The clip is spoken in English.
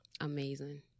Amazing